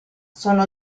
sono